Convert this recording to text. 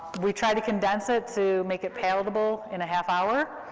we've tried to condense it to make it palatable in a half hour,